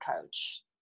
coach